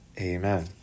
Amen